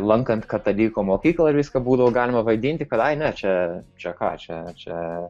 lankant katalikų mokyklą viską būtų galima vadinti kad ai ne čia čia ką čia čia